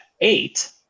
eight